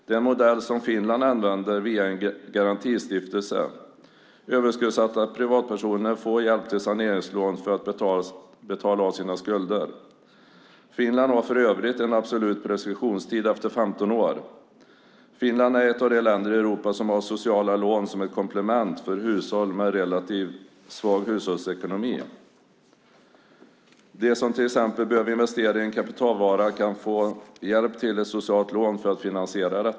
Det är en modell som Finland använder via en garantistiftelse. Överskuldsatta privatpersoner får hjälp med saneringslån för att betala av sina skulder. Finland har för övrigt en absolut preskription efter 15 år. Finland är ett av de länder i Europa som har sociala lån som ett komplement för hushåll med relativt svag ekonomi. De som till exempel behöver investera i en kapitalvara kan få hjälp med ett socialt lån för att finansiera det.